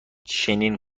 چنین